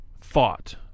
thought